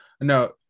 no